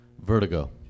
Vertigo